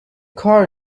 کار